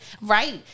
Right